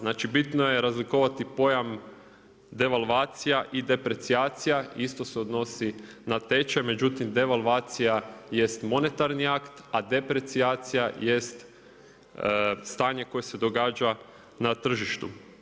Znači bitno je razlikovati pojam devalvacija i deprecijacija, isto se odnosi na tečaj, međutim devalvacija je monetarni akt, a deprecijacija jest stanje koje se događa na tržištu.